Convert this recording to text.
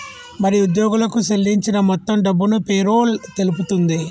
మరి ఉద్యోగులకు సేల్లించిన మొత్తం డబ్బును పేరోల్ తెలుపుతుంది